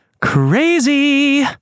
Crazy